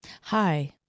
Hi